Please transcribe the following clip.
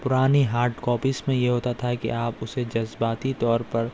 پرانی hard copies میں یہ ہوتا تھا کہ آپ اسے جذدباتی طور پر